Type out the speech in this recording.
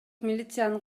милициянын